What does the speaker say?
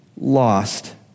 lost